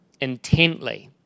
intently